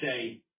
say